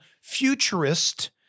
futurist